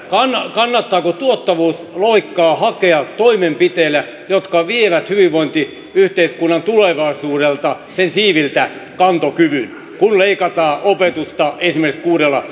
kannattaako tuottavuusloikkaa hakea toimenpiteillä jotka vievät hyvinvointiyhteiskunnan tulevaisuudelta sen siiviltä kantokyvyn kun leikataan opetusta esimerkiksi